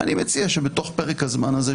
אני מציע שבתוך פרק הזמן הזה,